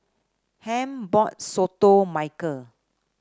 Ham bought soto Mykel